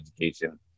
education